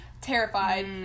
terrified